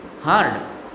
hard